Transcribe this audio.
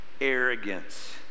arrogance